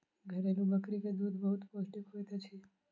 घरेलु बकरी के दूध बहुत पौष्टिक होइत अछि